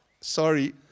sorry